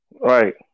Right